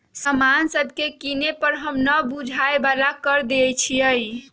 समान सभके किने पर हम न बूझाय बला कर देँई छियइ